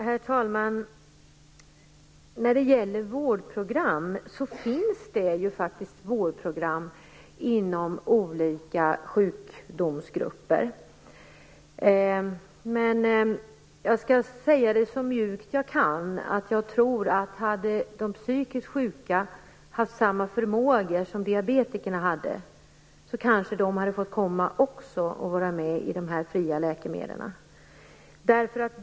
Herr talman! Det finns faktiskt vårdprogram inom olika sjukdomsgrupper. Men jag skall säga det så mjukt jag kan, nämligen att jag tror att om de psykiskt sjuka hade haft samma förmåga som diabetikerna kanske även de hade ingått i gruppen för fria läkemedel.